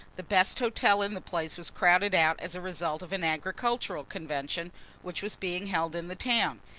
the best hotel in the place was crowded out as a result of an agricultural convention which was being held in the town.